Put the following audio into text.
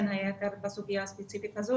בין היתר בסוגיה הספציפית הזאת,